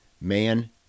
man